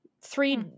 Three